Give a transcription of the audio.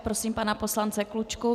Prosím pana poslance Klučku.